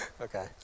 Okay